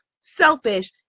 selfish